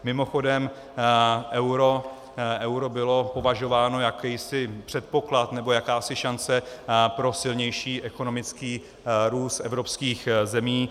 Mimochodem, euro bylo považováno, jakýsi předpoklad nebo jakási šance pro silnější ekonomický růst evropských zemí.